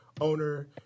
owner